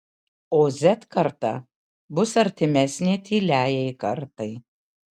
o z karta bus artimesnė tyliajai kartai